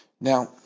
Now